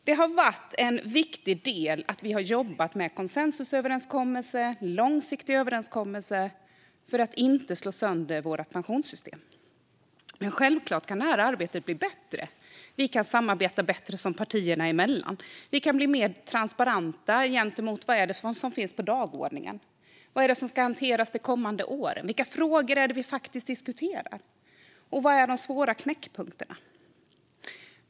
Det har varit en viktig del att vi har jobbat med konsensusöverenskommelser, långsiktiga överenskommelser, för att inte slå sönder vårt pensionssystem. Självklart kan detta arbete bli bättre. Vi kan samarbeta bättre partierna emellan. Vi kan bli mer transparenta gentemot det som finns på dagordningen och vad som ska hanteras kommande år. Vilka frågor är det som vi faktiskt diskuterar, och vad är de svåra knäckpunkterna?